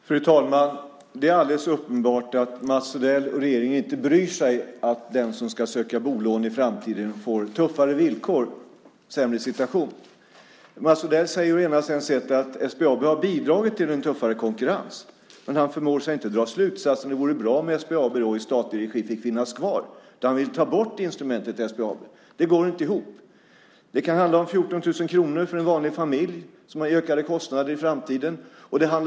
Fru talman! Det är alldeles uppenbart att Mats Odell och regeringen inte bryr sig om att den som ska söka bolån i framtiden får tuffare villkor och en sämre situation. Mats Odell säger att SBAB har bidragit till en tuffare konkurrens, men han förmår inte dra slutsatsen att det vore bra om SBAB fick finnas kvar i statlig regi, utan vill ta bort instrumentet SBAB. Det går inte ihop. Det kan handla om 14 000 kronor i ökade kostnader i framtiden för en vanlig familj.